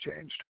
changed